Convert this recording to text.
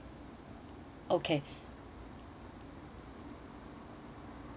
okay